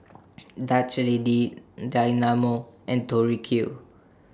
Dutch Lady Dynamo and Tori Q